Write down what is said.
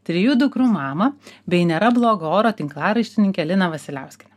trijų dukrų mamą bei nėra blogo oro tinklaraštininkę liną vasiliauskienę